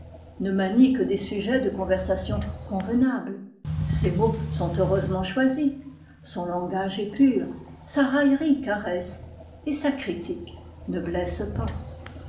ne manie que des sujets de conversation convenables ses mots sont heureusement choisis son langage est pur sa raillerie caresse et sa critique ne blesse pas